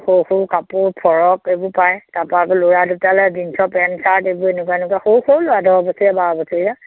সৰু সৰু কাপোৰ ফৰক এইবো পায় তাপা আকৌ ল'ৰা দুটালৈ জীনছৰ পেণ্ট ছাৰ্ট এইবোৰ এনেকুৱা এনেকুৱা সৰু সৰু ল'ৰা দহ বছৰীয়া বাৰ বছৰীয়া